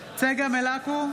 צגה מלקו,